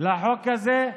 לחוק הזה.